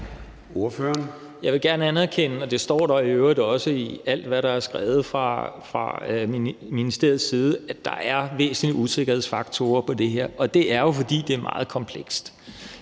Jeg vil gerne anerkende, og det står der i øvrigt også i alt, hvad der er skrevet fra ministeriets side, at der er væsentlige usikkerhedsfaktorer i det her, og det er jo, fordi det er meget komplekst.